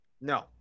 No